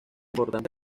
importantes